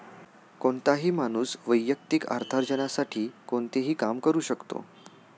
कोणताही माणूस वैयक्तिक अर्थार्जनासाठी कोणतेही काम करू शकतो